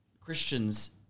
Christians